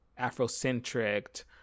Afrocentric-